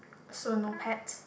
so no pets